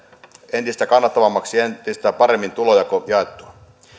entistä kannattavammaksi ja entistä paremmin tulonjako toteutettua